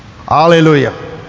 Hallelujah